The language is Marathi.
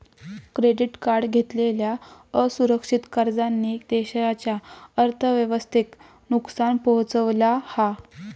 क्रेडीट कार्ड घेतलेल्या असुरक्षित कर्जांनी देशाच्या अर्थव्यवस्थेक नुकसान पोहचवला हा